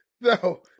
No